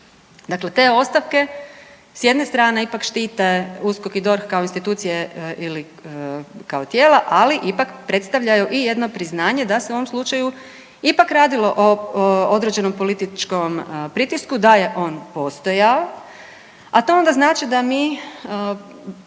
Dakle, te ostavke s jedne strane ipak štite USKOK i DORH kao institucije ili kao tijela, ali ipak predstavljaju i jedno priznanje da se u ovom slučaju ipak radilo o određenom političkom pritisku, da je on postojao. A to onda znači da mi